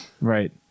Right